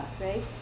right